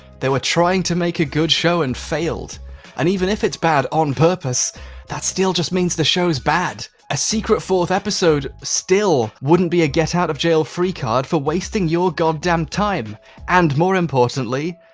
they were trying to make a good show and failed and even if it's bad on purpose that still just means the show's bad, a secret fourth episode still wouldn't be a get out of jail free card for wasting your god damn time and more importantly,